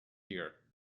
year